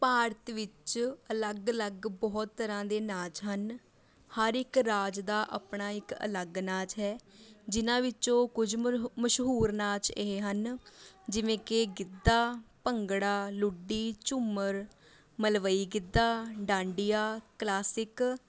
ਭਾਰਤ ਵਿੱਚ ਅਲੱਗ ਅਲੱਗ ਬਹੁਤ ਤਰ੍ਹਾਂ ਦੇ ਨਾਚ ਹਨ ਹਰ ਇੱਕ ਰਾਜ ਦਾ ਆਪਣਾ ਇੱਕ ਅਲੱਗ ਨਾਚ ਹੈ ਜਿਨ੍ਹਾਂ ਵਿੱਚੋਂ ਕੁਝ ਮਰ ਮਸ਼ਹੂਰ ਨਾਚ ਇਹ ਹਨ ਜਿਵੇਂ ਕਿ ਗਿੱਧਾ ਭੰਗੜਾ ਲੁੱਡੀ ਝੁੰਮਰ ਮਲਵਈ ਗਿੱਧਾ ਡਾਂਡੀਆ ਕਲਾਸਿਕ